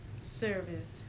service